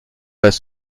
pas